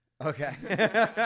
Okay